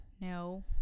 No